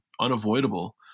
unavoidable